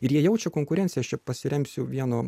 ir jie jaučia konkurenciją aš čia pasiremsiu vieno